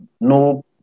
no